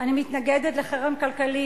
אני מתנגדת לחרם כלכלי,